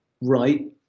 right